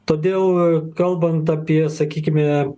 todėl kalbant apie sakykime